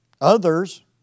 Others